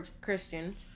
Christian